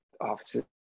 offices